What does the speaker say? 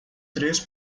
três